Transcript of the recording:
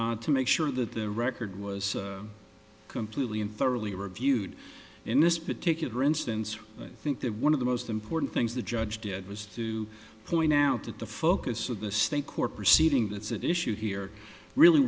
is to make sure that the record was completely and thoroughly reviewed in this particular instance i think that one of the most important things the judge did was to point out that the focus of the state court proceeding that's at issue here really